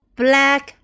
black